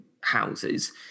houses